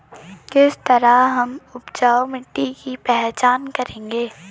किस तरह हम उपजाऊ मिट्टी की पहचान करेंगे?